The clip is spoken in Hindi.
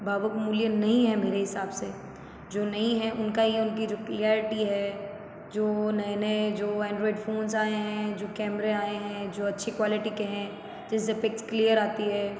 भावुक मूल्य नहीं है मेरे हिसाब से जो नई हैं उनका ये है उनकी जो क्लैरिटी है जो नए नए जो एंड्रॉइड फ़ोन्स आए हैं जो कैमरे आए हैं जो अच्छी क्वॉलिटी के हैं जिससे पिक्स क्लियर आती है